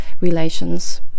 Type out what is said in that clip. relations